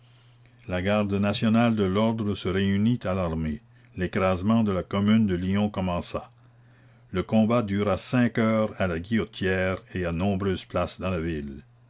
la garde nationale de l'ordre se réunit à l'armée l'écrasement de la commune de lyon commença le combat dura cinq heures à la guillotière et à nombreuses places dans la ville